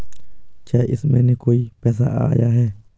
क्या इस महीने कोई पैसा आया है?